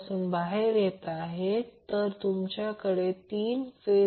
तर त्या परिस्थितीत काय होईल RL पूर्ण Zg j XL होईल